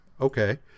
okay